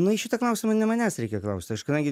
na į šitą klausimą ne manęs reikia klausti aš kadangi